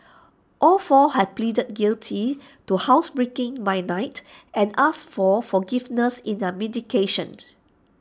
all four have pleaded guilty to housebreaking by night and asked for forgiveness in their mitigation